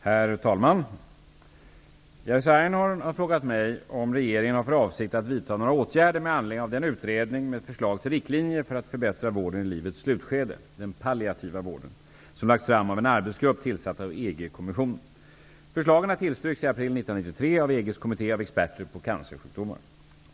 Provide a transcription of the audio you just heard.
Herr talman! Jerzy Einhorn har frågat mig om regeringen har för avsikt att vidta några åtgärder med anledning av den utredning med förslag till riktlinjer för att förbättra vården i livets slutskede, den palliativa vården, som lagts fram av en arbetsgrupp, tillsatt av EG-kommissionen. Förslagen har tillstyrkts i april 1993 av EG:s kommitté av experter på cancersjukdomar.